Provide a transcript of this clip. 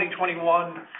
2021